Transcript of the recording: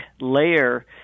layer